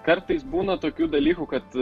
kartais būna tokių dalykų kad